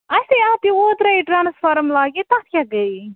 اَسے اَتہِ اوترے یہِ ٹرٛانسفارَم لاگے تَتھ کیٛاہ گٔیے